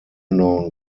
known